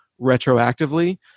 retroactively